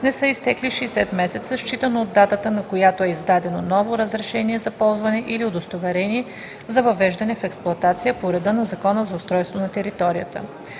не са изтекли 60 месеца, считано от датата, на която е издадено ново разрешение за ползване или удостоверение за въвеждане в експлоатация по реда на Закона за устройство на територията.“;